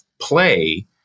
play